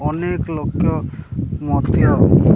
ଅନେକ ଲକ୍ଷ୍ୟ ମଧ୍ୟ